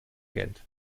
geld